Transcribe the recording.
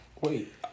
wait